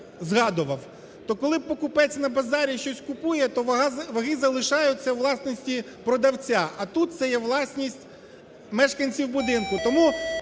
згадував, то коли покупець на базарі щось купує, то ваги залишаються у власності продавця, а тут це є власність мешканців будинку.